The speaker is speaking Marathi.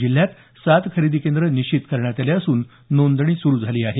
जिल्ह्यात सात खरेदी केंद्र निश्चित करण्यात आले असून नोंदणी सुरु झाली आहे